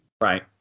Right